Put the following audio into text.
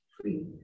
free